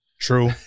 True